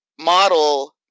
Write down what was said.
model